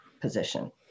position